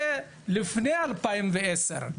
זה לפני 2010,